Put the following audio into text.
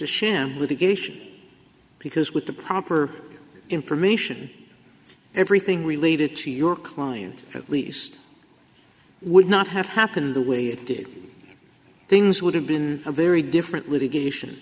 a sham litigation because with the proper information everything related to your client at least would not have happened the way it did things would have been a very different litigation